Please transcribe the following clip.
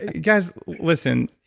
guys listen,